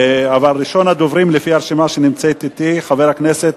ראשון הדוברים לפי הרשימה שנמצאת אתי, חבר הכנסת